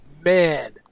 man